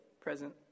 present